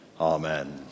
Amen